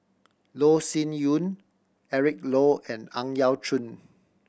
Loh Sin Yun Eric Low and Ang Yau Choon